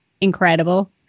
incredible